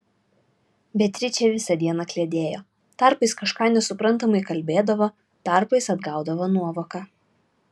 beatričė visą dieną kliedėjo tarpais kažką nesuprantamai kalbėdavo tarpais atgaudavo nuovoką